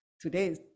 today